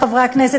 חברי חברי הכנסת,